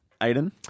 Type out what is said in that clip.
Aiden